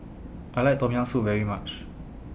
I like Tom Yam Soup very much